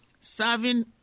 serving